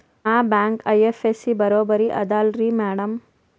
ಆ bank IFSC ಬರೊಬರಿ ಅದಲಾರಿ ಮ್ಯಾಡಂ?